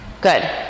Good